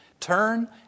Turn